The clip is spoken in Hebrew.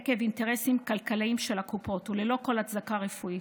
עקב אינטרסים כלכליים של הקופות וללא כל הצדקה רפואית'".